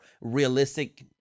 realistic